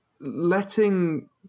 letting